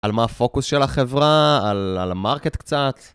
על מה הפוקוס של החברה, על המרקט קצת.